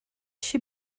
she